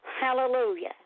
Hallelujah